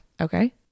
okay